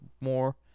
more